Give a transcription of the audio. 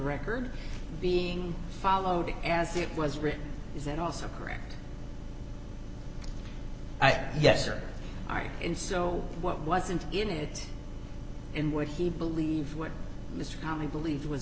record being followed as it was written is that also correct yes or all right and so what wasn't in it and what he believed what mr connerly believed was